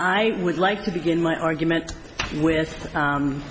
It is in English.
i would like to begin my argument with